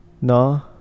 No